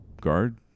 guard